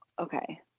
okay